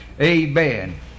Amen